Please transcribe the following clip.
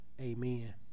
Amen